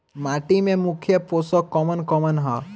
माटी में मुख्य पोषक कवन कवन ह?